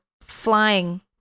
flying